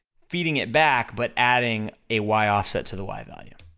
feeding it back but adding a y offset to the y value,